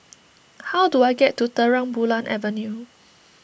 how do I get to Terang Bulan Avenue